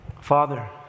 father